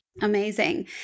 Amazing